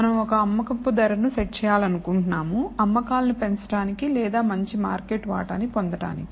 మనం ఒక అమ్మకపు ధరను సెట్ చేయాలనుకుంటున్నాము అమ్మకాలను పెంచడానికి లేదా మంచి మార్కెట్ వాటాను పొందడానికి